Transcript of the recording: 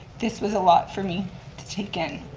this was a lot for me to take in,